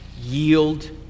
yield